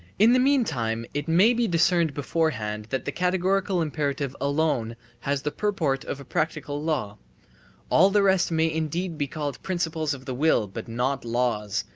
in the meantime it may be discerned beforehand that the categorical imperative alone has the purport of a practical law all the rest may indeed be called principles of the will but not laws,